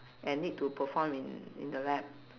and need to perform in in the lab